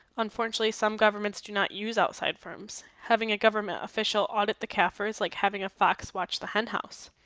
unfortunately some governments do not use outside firms having a government official audit the cafr is like having a fox watch the henhouse.